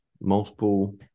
multiple